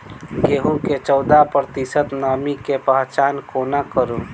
गेंहूँ मे चौदह प्रतिशत नमी केँ पहचान कोना करू?